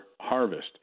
harvest